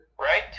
Right